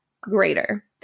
greater